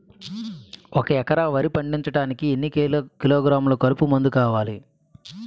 ఒక ఎకర వరి పండించటానికి ఎన్ని కిలోగ్రాములు కలుపు మందు వేయాలి?